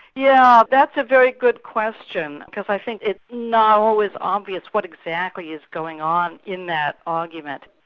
yeah that's a very good question because i think it's not always obvious what exactly is going on in that argument.